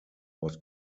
was